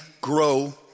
grow